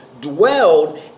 dwelled